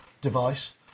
device